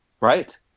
Right